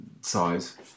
size